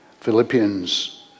Philippians